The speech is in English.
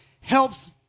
helps